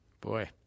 Boy